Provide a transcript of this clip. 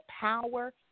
power